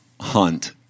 hunt